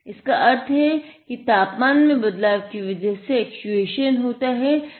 इसका अर्थ है कि तापमान में बदलाव की वजह से एक्चुएशन होता है